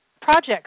projects